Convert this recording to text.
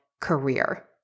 career